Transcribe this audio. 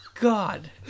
God